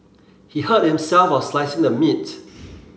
he hurt himself while slicing the meat